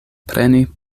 preni